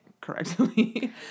correctly